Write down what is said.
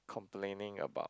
complaining about